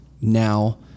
now